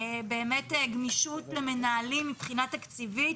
באמת גמישות למנהלים מבחינה תקציבית.